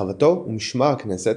רחבתו ומשמר הכנסת,